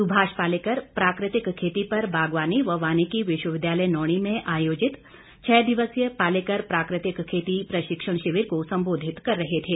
सुभाष पालेकर प्राकृतिक खेती पर बागवानी व वानिकी विश्वविद्यालय नौणी में आयोजित छः दिवसीय पालेकर प्राकृतिक खेती प्रशिक्षण शिविर को संबोधित कर रहे थे